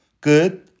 Good